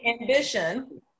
Ambition